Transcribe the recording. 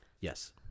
Yes